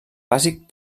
bàsic